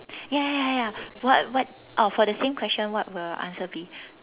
ya ya ya what but oh for the same question what will the answer be